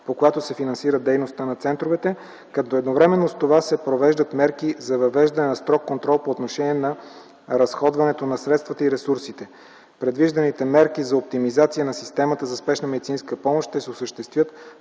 по която се финансира дейността на центровете, като едновременно с това се провеждат мерки за въвеждане на строг контрол по отношение на разходването на средствата и ресурсите. Предвижданите мерки за оптимизация на системата за спешна медицинска помощ ще се осъществят